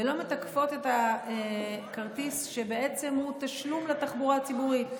ולא מתקפות את הכרטיס שהוא תשלום לתחבורה הציבורית.